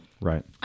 Right